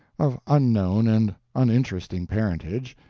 of unknown and uninteresting parentage,